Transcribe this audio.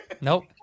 Nope